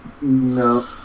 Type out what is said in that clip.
No